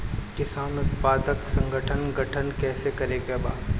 किसान उत्पादक संगठन गठन कैसे करके बा?